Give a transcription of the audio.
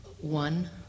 one